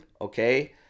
okay